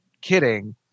kidding